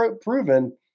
proven